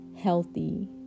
healthy